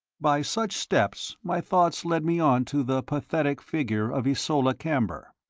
by such steps my thoughts led me on to the pathetic figure of ysola camber.